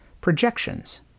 projections